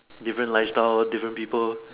different lifestyle different people